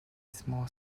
small